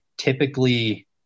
typically